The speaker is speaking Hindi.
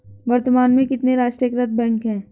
वर्तमान में कितने राष्ट्रीयकृत बैंक है?